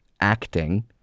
acting